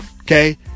okay